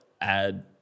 add